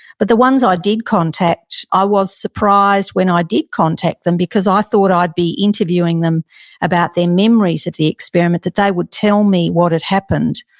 but the ones i did contact, i was surprised when ah i did contact them because i thought i'd be interviewing them about their memories of the experiment, that they would tell me what had happened.